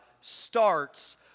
starts